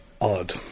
odd